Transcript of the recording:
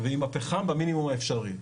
ועם הפחם במינימום האפשרי.